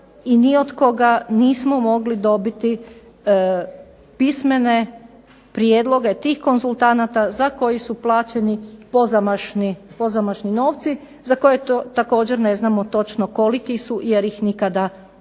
i ni od koga nismo mogli dobiti pismene prijedloge tih konzultanata za koji su plaćeni pozamašni novci za koje također ne znamo točno koliki su jer ih nikada, ugovore,